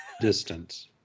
distance